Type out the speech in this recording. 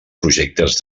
projectes